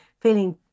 feeling